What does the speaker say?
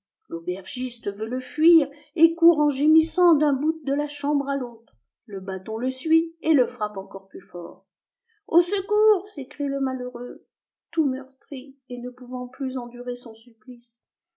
l'aubergiste veut le fuir et court en gémissant d'un bout de la chambre à l'autre le bâton le suit et le frappe encore plus fort au secours s'écrie le malheureux tout meurtri et ne pouvant plus endurer son supplice